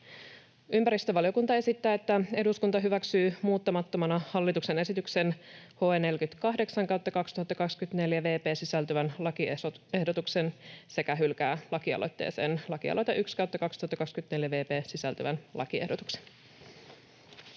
Ympäristövaliokunta esittää, että eduskunta hyväksyy muuttamattomana hallituksen esitykseen HE 48/2024 vp sisältyvän lakiehdotuksen sekä hylkää lakialoitteeseen LA 1/2024 vp sisältyvän lakiehdotuksen.